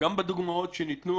גם בדוגמאות שניתנו,